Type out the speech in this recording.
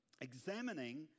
Examining